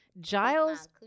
Giles